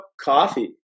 coffee